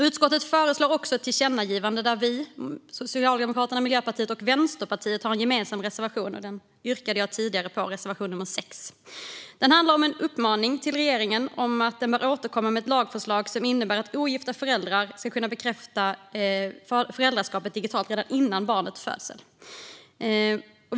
Utskottet föreslår också ett tillkännagivande där Socialdemokraterna, Miljöpartiet och Vänsterpartiet har en gemensam reservation. Det är reservation nummer 6, som jag yrkade bifall till tidigare. Det föreslagna tillkännagivandet handlar om att uppmana regeringen att återkomma med ett lagförslag som innebär att ogifta föräldrar ska kunna bekräfta föräldraskapet digitalt redan innan barnets födelse.